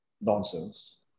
nonsense